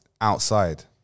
Outside